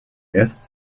erst